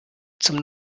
zum